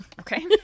Okay